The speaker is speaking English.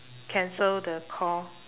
cancel the call